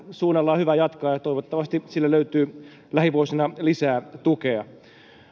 suunnalla on hyvä jatkaa ja toivottavasti sille löytyy lähivuosina lisää tukea